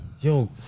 Yo